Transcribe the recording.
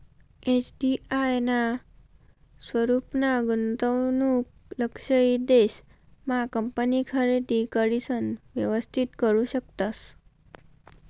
FDI ना स्वरूपमा गुंतवणूक लक्षयित देश मा कंपनी खरेदी करिसन व्यवस्थित करू शकतस